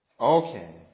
okay